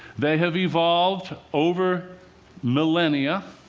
they have evolved over millennia.